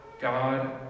God